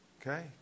Okay